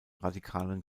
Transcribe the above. radikalen